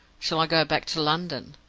shall i go back to london?